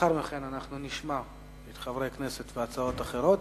לאחר מכן אנחנו נשמע את חברי הכנסת בהצעות אחרות,